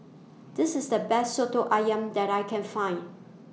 This IS The Best Soto Ayam that I Can Find